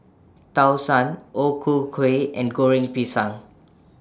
Tau Suan O Ku Kueh and Goreng Pisang